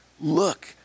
look